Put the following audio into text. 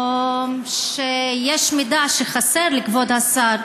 או שיש מידע שחסר לכבוד השר.